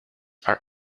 are